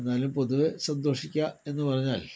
എന്നാലും പൊതുവെ സന്തോഷിക്കുക എന്ന് പറഞ്ഞാൽ